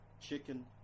chicken